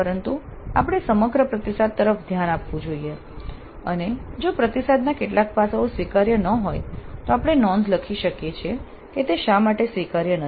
પરંતુ આપણે સમગ્ર પ્રતિસાદ તરફ ધ્યાન આપવું જોઈએ અને જો પ્રતિસાદના કેટલાક પાસાઓ સ્વીકાર્ય ન હોય તો આપણે નોંધ લખી શકીએ છીએ કે તે શા માટે સ્વીકાર્ય નથી